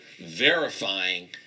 verifying